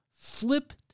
flipped